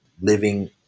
living